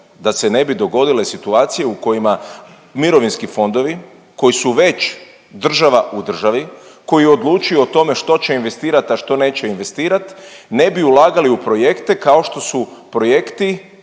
da se ne bi dogodile situacije u kojima mirovinski fondovi koji su već država u državi, koji odlučuju o tome što će investirat, a što neće investirat, ne bi ulagali u projekte kao što su projekti